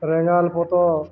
Rengali ପୋତ